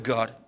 God